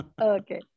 Okay